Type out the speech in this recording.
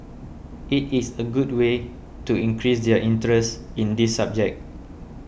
it is a good way to increase their interest in this subject